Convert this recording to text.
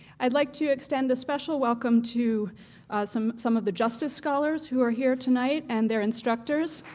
i'd like to extend a special welcome to some some of the justice scholars who are here tonight and their instructors.